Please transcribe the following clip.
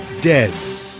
dead